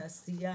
התעשייה,